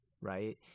right